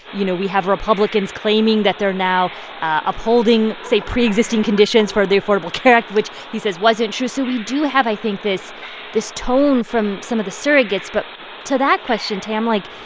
you know, we have republicans claiming that they're now upholding, say, pre-existing conditions for the affordable care act, which he says wasn't true. so we do have, i think, this this tone from some of the surrogates. but to that question, tam, like,